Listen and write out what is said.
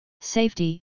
safety